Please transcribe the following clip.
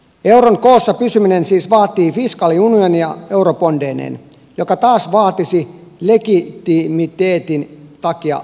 euron koossa pysyminen siis vaatii fiskaaliunionia eurobondeineen joka taas vaatisi legitimiteetin takia liittovaltion